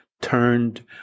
turned